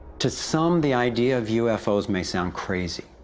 to some, the idea of ufos may sound crazy,